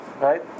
right